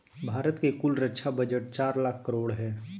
भारत के कुल रक्षा बजट चार लाख करोड़ हय